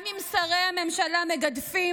גם אם שרי הממשלה מגדפים,